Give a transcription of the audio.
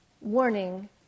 warning